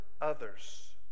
others